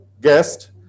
guest